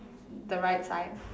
the right side